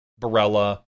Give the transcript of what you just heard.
Barella